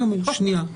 שנייה.